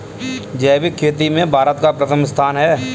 जैविक खेती में भारत का प्रथम स्थान है